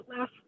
last